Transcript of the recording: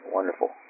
Wonderful